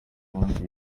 konti